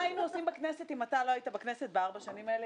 מה היינו עושים בכנסת אם אתה לא היית בכנסת בארבע השנים האלה?